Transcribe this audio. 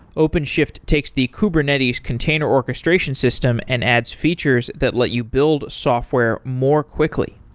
openshift takes the kubernetes container orchestration system and adds features that let you build software more quickly.